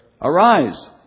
Arise